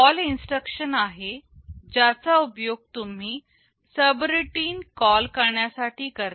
call instruction आहे ज्याचा उपयोग तुम्ही सबरूटीन ला कॉल करण्यासाठी करता